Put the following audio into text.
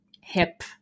hip